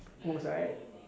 works right